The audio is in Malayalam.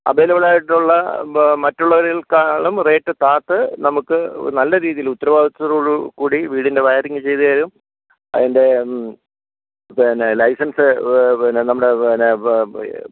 അവൈലബിളായിട്ടുള്ള ബ മറ്റുള്ളവരേക്കാളും റേറ്റ് താത്ത് നമുക്ക് നല്ല രീതിയിൽ ഉത്തരവാദിത്വത്തോടു കൂടി വീടിൻ്റെ വയറിങ് ചെയ്ത് തരും അതിൻ്റെ പിന്നെ ലൈസൻസ് വ് വ് പിന്നെ നമ്മുടെ പിന്നെ പ്